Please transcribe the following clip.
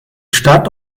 stadt